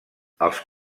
els